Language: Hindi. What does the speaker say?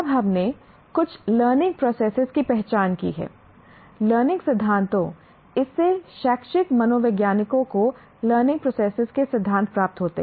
अब हमने कुछ लर्निंग प्रोसेस की पहचान की है लर्निंग सिद्धांतों इस से शैक्षिक मनोवैज्ञानिकों को लर्निंग प्रोसेस के सिद्धांत प्राप्त होते हैं